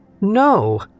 No